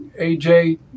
AJ